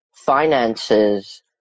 finances